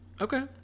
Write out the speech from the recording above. Okay